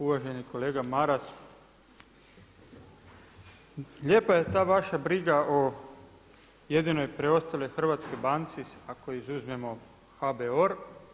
Uvaženi kolega Maras, lijepa je ta vaša briga o jedinoj preostaloj Hrvatskoj banci ako izuzmemo HBOR.